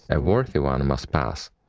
a worthy one must pass,